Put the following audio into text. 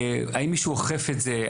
האם מישהו אוכף את זה?